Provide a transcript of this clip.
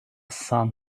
sun